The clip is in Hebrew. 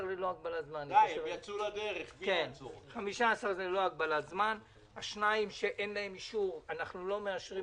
1943 הארכת האישור ל-15 פרויקטים שאושרו ב-2017 ושיש להם תוכנית